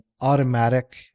automatic